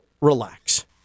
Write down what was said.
relax